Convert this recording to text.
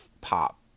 pop